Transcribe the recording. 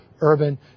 urban